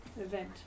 event